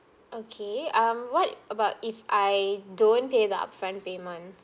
okay um what about if I don't pay the upfront payment